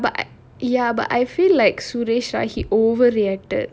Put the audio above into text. ya but I ya but I feel like suresh right he overreacted